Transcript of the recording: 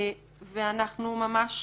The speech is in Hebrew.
ואנחנו ממש